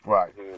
Right